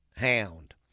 hound